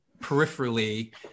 peripherally